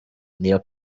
n’iyo